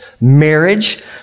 marriage